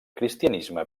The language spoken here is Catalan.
cristianisme